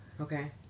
Okay